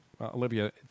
Olivia